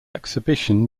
exhibition